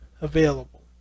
available